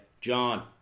John